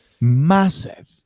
massive